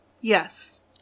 Yes